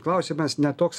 klausimas ne toks